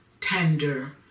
tender